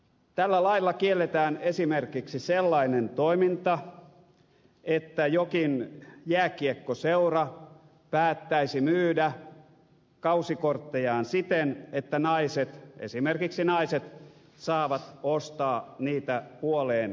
tällä lailla kielletään esimerkiksi sellainen toiminta että jokin jääkiekkoseura päättäisi myydä kausikorttejaan siten että esimerkiksi naiset saavat ostaa niitä puoleen hintaan